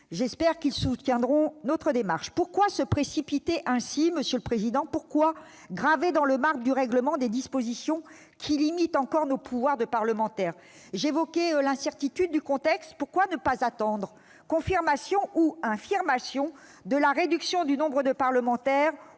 J'espère qu'ils soutiendront notre démarche. Pourquoi se précipiter ainsi, monsieur le président ? Pourquoi graver dans le marbre du règlement des dispositions qui limitent encore nos pouvoirs de parlementaires ? J'évoquais l'incertitude du contexte. Pourquoi ne pas attendre confirmation ou infirmation de la réduction du nombre de parlementaires,